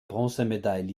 bronzemedaille